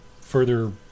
further